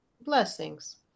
Blessings